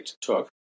took